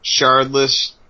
Shardless